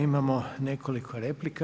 Imamo nekoliko replika.